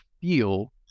feel